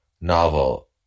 novel